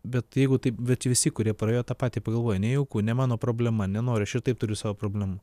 bet jeigu taip bet visi kurie praėjo tą patį pagalvojo nejauku ne mano problema nenoriu aš ir taip turiu savo problemų